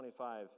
25